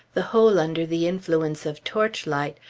the whole under the influence of torchlight,